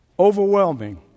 overwhelming